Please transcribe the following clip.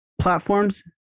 platforms